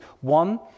One